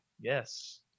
Yes